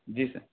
जी sir